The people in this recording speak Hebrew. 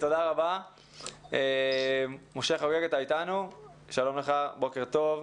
משה חוגג, בבקשה.